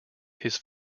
his